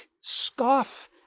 scoff